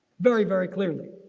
very very clearly.